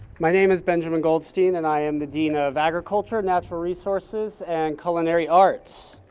my name is benjamin goldstein and i am the dean ah of agriculture, natural resources and culinary arts.